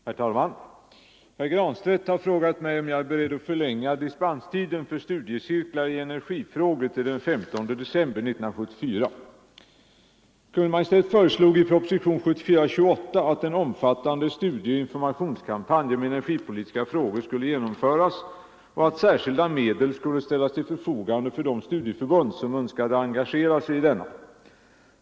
Herr talman! Herr Granstedt har frågat mig om jag är beredd att förlänga dispenstiden för studiecirklar i energifrågor till den 15 december 1974. Kungl. Maj:t föreslog i propositionen 1974:28 att en omfattande studieoch informationskampanj om energipolitiska frågor skulle genomföras och att särskilda medel skulle ställas till förfogande för de studieförbund som önskade engagera sig i denna.